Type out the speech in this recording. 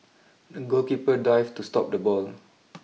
the goalkeeper dived to stop the ball